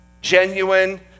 genuine